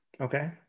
Okay